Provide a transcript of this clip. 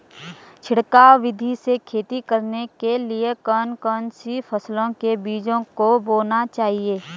छिड़काव विधि से खेती करने के लिए कौन कौन सी फसलों के बीजों को बोना चाहिए?